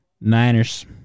Niners